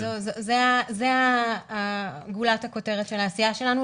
זו גולת הכותרת של העשייה שלנו,